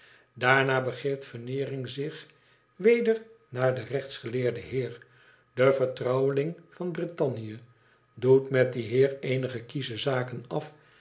daarna begeeft veneering zich weder naar den rechtsgeleerden heer den vertrouweling van britannië doet met dien heer eenige kiesche zaken af